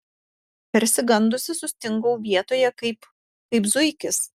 persigandusi sustingau vietoje kaip kaip zuikis